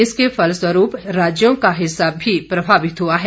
इसके फलस्वरूप राज्यों का हिस्सा भी प्रभावित हुआ है